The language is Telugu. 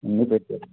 అన్ని పెట్టారు